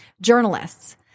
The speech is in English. journalists